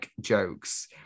jokes